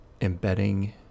embedding